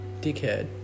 Dickhead